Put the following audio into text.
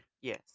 yes